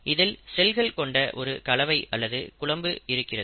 இதில் செல்கள் கொண்ட ஒரு கலவை அல்லது குழம்பு இருக்கிறது